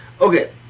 Okay